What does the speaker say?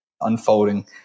unfolding